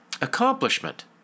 accomplishment